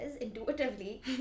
intuitively